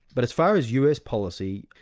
but as far as us policy,